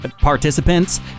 participants